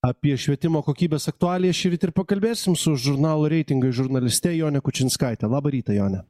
apie švietimo kokybės aktualijas šįryt ir pakalbėsim su žurnalo reitingai žurnaliste jone kučinskaite labą rytą jone